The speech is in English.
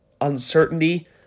uncertainty